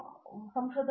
ಪ್ರತಾಪ್ ಹರಿಡೋಸ್ ಸರಿ